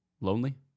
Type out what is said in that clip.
lonely